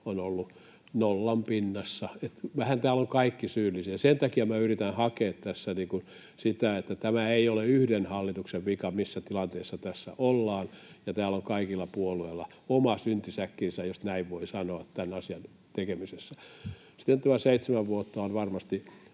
on ollut nollan pinnassa. Vähän täällä ovat kaikki syyllisiä. Sen takia minä yritän hakea tässä sitä, että tämä ei ole yhden hallituksen vika, missä tilanteessa tässä ollaan, ja täällä on kaikilla puolueilla oma syntisäkkinsä, jos näin voi sanoa, tämän asian tekemisessä. Tämä seitsemän vuotta on varmasti